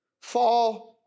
fall